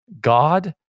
god